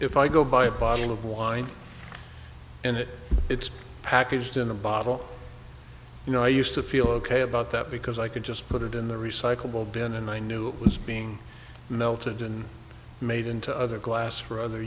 if i go buy a bottle of wine and it's packaged in a bottle you know i used to feel ok about that because i could just put it in the recycle bin and i knew it was being melted and made into other glass for other